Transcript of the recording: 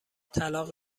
طلاق